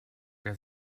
wer